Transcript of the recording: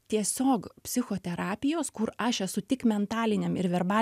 tiesiog psichoterapijos kur aš esu tik mentaliniam ir verbal